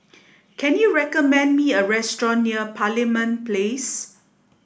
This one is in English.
can you recommend me a restaurant near Parliament Place